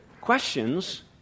questions